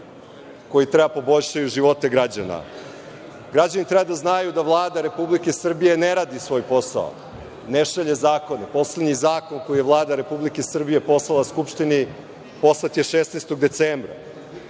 koji treba da poboljšaju živote građana. Građani treba da znaju da Vlada Republike Srbije ne radi svoj posao, ne šalje zakone. Poslednji zakon koji je Vlada Republike Srbije poslala Skupštini poslat je 16. decembra. Ovaj